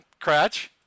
Cratch